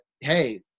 Hey